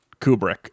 Kubrick